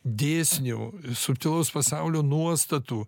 dėsnių subtilaus pasaulio nuostatų